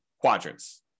quadrants